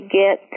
get